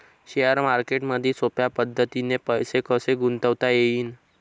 Share मार्केटमधी सोप्या पद्धतीने पैसे कसे गुंतवता येईन?